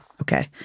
Okay